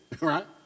right